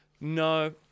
No